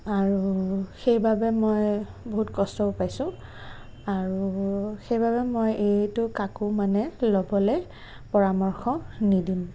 আৰু সেইবাবে মই বহুত কষ্টও পাইছোঁ আৰু সেইবাবে মই এইটো কাকো মানে ল'বলৈ পৰামৰ্শ নিদিম